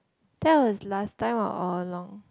that was last time or all along